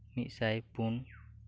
ᱢᱤᱫᱽᱥᱟᱭ ᱯᱩᱱ